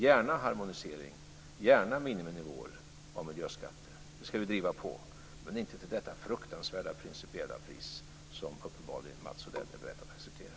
Gärna harmonisering, gärna miniminivåer och miljöskatter, och det ska vi driva på men inte till detta fruktansvärda principiella pris som uppenbarligen Mats Odell är beredd att acceptera.